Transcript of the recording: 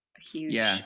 huge